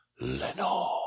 Lenore